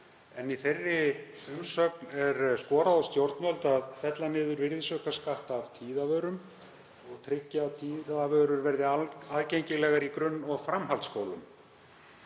en í þeirri umsögn er skorað á stjórnvöld að fella niður virðisaukaskatt af tíðavörum og tryggja að þær verði aðgengilegar í grunn- og framhaldsskólum.